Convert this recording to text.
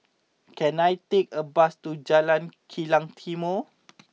can I take a bus to Jalan Kilang Timor